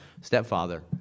stepfather